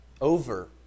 over